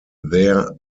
their